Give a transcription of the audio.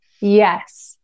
Yes